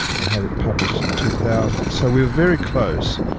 and had it published in two thousand. so we were very close,